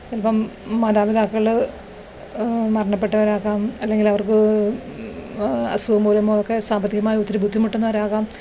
ചിലപ്പം മാതാപിതാക്കൾ മരണപ്പെട്ടവരാകാം അല്ലെങ്കിൽ അവര്ക്ക് അസുഖം മൂലമോ ഒക്കെ സാമ്പത്തികമായി ഒത്തിരി ബുദ്ധിമുട്ടുന്നവരാകാം